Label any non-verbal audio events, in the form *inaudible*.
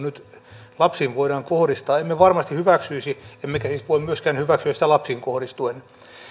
*unintelligible* nyt lapsiin voidaan kohdistaa emme varmasti hyväksyisi emmekä siis voi myöskään hyväksyä sitä lapsiin kohdistuen